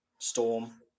Storm